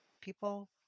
People